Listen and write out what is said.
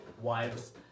Wives